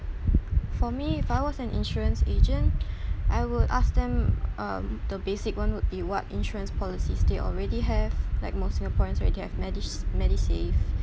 for me if I was an insurance agent I would ask them um the basic one would be what insurance policies they already have like more singaporeans already have medis~ medisave